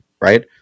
right